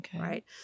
Right